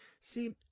See